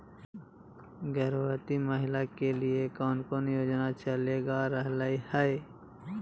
गर्भवती महिला के लिए कौन कौन योजना चलेगा रहले है?